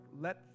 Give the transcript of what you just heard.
let